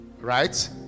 right